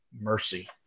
mercy